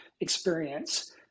experience